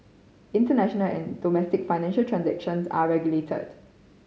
international and domestic financial transactions are regulated